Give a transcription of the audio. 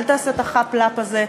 אל תעשה את החאפ-לאפ הזה.